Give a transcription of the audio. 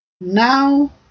Now